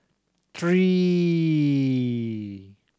three